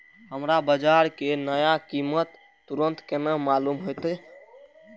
हमरा बाजार के नया कीमत तुरंत केना मालूम होते?